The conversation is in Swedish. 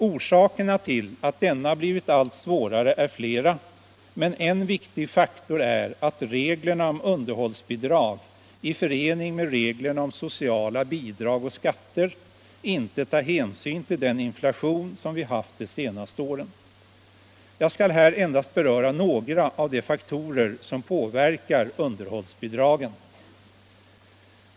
Orsakerna till att denna blivit allt svårare är flera, men en viktig faktor är att reglerna om underhållsbidrag i förening med reglerna om sociala bidrag och skatter inte tar hänsyn till den inflation som vi haft de senaste åren. Jag skall här endast beröra några av de faktorer som påverkar underhållsbidragen.